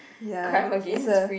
ya it's a